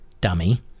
dummy